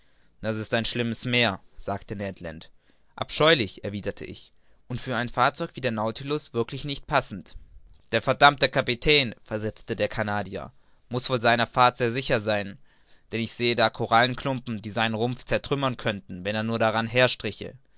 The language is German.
das ist ein schlimmes meer sagte ned land abscheulich erwiderte ich und für ein fahrzeug wie der nautilus wirklich nicht passend der verdammte kapitän versetzte der canadier muß wohl seiner fahrt sehr sicher sein denn ich sehe da korallenklumpen die seinen rumpf zertrümmern könnten wenn er nur daran